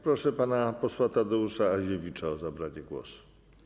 Proszę pana posła Tadeusza Aziewicza o zabranie głosu.